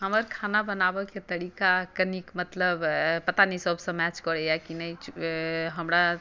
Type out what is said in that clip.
हमर खाना बनाबैके तरीका कने मतलब पता नहि सबसँ मैच करैए कि नहि हमरा